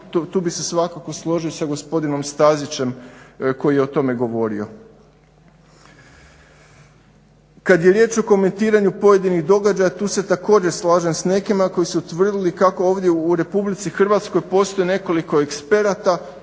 tu bi se svakako složio sa gospodinom Stazićem koji je o tome govorio. Kad je riječ o komentiranju pojedinih događaja, tu se također slažem s nekima koji su tvrdili kako ovdje u Republici Hrvatskoj postoji nekoliko eksperata